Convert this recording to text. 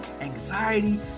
anxiety